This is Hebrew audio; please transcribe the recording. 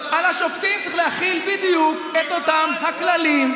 על השופטים צריך להחיל בדיוק את אותם הכללים,